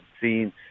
seen